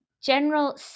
General